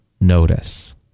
notice